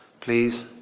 Please